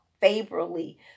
favorably